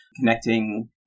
connecting